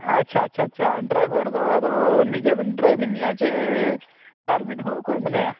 ᱟᱪᱪᱷᱟ ᱟᱪᱪᱷᱟ ᱰᱨᱟᱭᱵᱷᱟᱨ ᱫᱚ ᱟᱫᱚ ᱱᱤᱡᱮ ᱵᱤᱱ ᱰᱨᱟᱭᱵᱷᱤᱝ ᱮᱜᱼᱟ ᱥᱮ ᱟᱨ ᱢᱤᱫ ᱦᱚᱲ ᱚᱠᱚᱭ ᱢᱮᱱᱟᱭᱟ